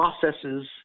processes